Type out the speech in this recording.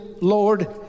Lord